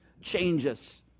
changes